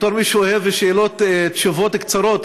בתור מי שאוהב תשובות קצרות,